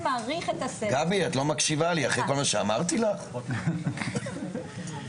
מהשירותים הווטרינריים,